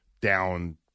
down